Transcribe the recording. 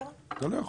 אתה לא יכול.